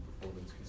performance